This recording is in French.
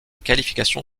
qualification